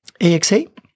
AXA